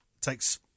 takes